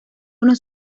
unos